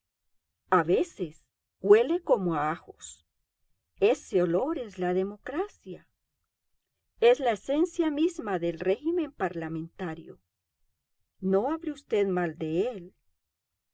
a veces huele como a ajos ese olor es la democracia es la esencia misma del régimen parlamentario no hable usted mal de él